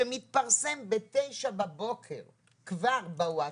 שמתפרסם בתשע בבוקר כבר בווטסאפים.